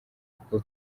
kuko